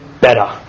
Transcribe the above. better